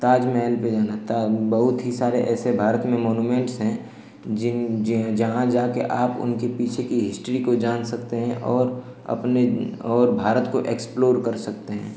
ताजमहल पर जाना ता बहुत ही सारे ऐसे भारत में मोनुमेन्ट्स हैं जिन जी जहाँ जाकर आप उनके पीछे की हिस्ट्री को जान सकते हैं और अपने और भारत को एक्सप्लोर कर सकते हैं